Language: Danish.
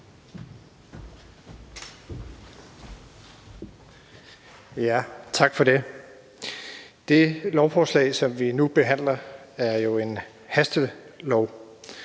Tak for det. Det lovforslag, som vi nu behandler, er jo et